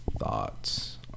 thoughts